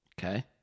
Okay